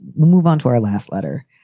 we'll move on to our last letter.